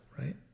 right